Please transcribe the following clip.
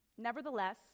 Nevertheless